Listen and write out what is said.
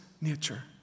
nature